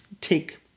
take